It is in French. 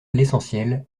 l’essentiel